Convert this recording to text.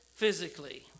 Physically